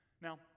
Now